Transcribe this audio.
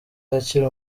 akiri